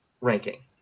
ranking